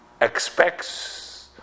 expects